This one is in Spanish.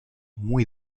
muy